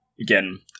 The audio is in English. again